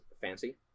fancy